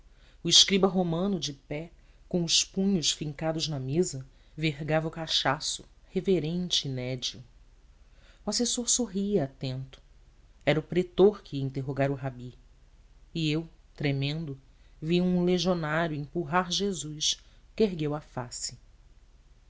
o escriba romano de pé com os punhos fincados na mesa vergava o cachaço reverente e nédio o assessor sorria atento era o pretor que ia interrogar o rabi e eu tremendo vi um legionário empurrar jesus que ergueu a face